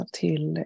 till